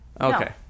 Okay